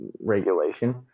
regulation